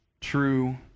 true